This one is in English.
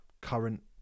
current